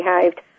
behaved